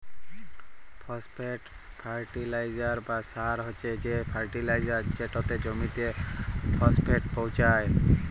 phosphate fertiliser বা সার হছে সে ফার্টিলাইজার যেটতে জমিতে ফসফেট পোঁছায়